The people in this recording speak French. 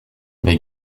mais